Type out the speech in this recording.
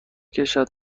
کشد